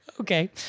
Okay